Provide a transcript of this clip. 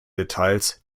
details